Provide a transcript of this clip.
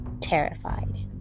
terrified